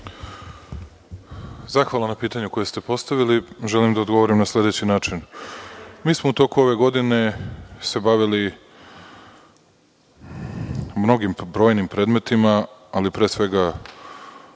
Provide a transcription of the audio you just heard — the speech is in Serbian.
Zahvalan na pitanju koje ste postavili, želim da odgovorim na sledeći način. Mi smo u toku ove godine se bavili mnogim brojnim predmetima, ali pre svega